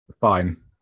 Fine